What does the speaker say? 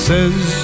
Says